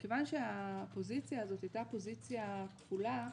כיוון שהפוזיציה הזאת הייתה פוזיציה כפולה,